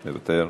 מוותר.